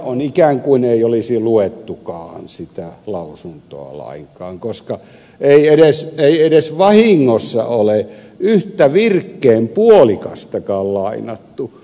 on ikään kuin ei olisi luettukaan sitä lausuntoa lainkaan koska ei edes vahingossa ole yhtä virkkeen puolikastakaan lainattu